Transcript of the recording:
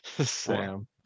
Sam